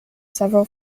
several